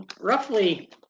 roughly